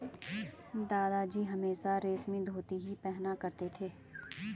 दादाजी हमेशा रेशमी धोती ही पहना करते थे